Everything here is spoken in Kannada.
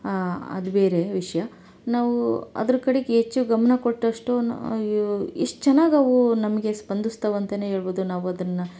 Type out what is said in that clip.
ಅದು ಬೇರೆ ವಿಷಯ ನಾವು ಅದರ ಕಡೆಗೆ ಹೆಚ್ಚು ಗಮನ ಕೊಟ್ಟಷ್ಟು ಎಷ್ಟು ಚೆನ್ನಾಗಿ ಅವು ನಮಗೆ ಸ್ಪಂದಿಸ್ತಾವೆ ಅಂತನೇ ಹೇಳ್ಬೋದು ನಾವು ಅದನ್ನು